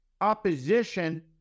opposition